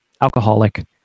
alcoholic